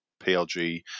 PLG